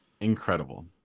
Incredible